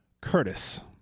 curtis